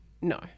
No